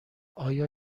آیا